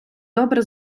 добре